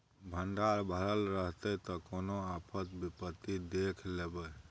भंडार भरल रहतै त कोनो आफत विपति देख लेबै